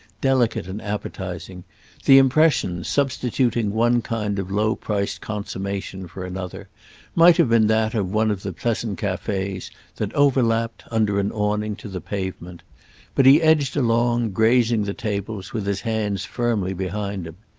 delicate and appetising the impression substituting one kind of low-priced consommation for another might have been that of one of the pleasant cafes that overlapped, under an awning, to the pavement but he edged along, grazing the tables, with his hands firmly behind him.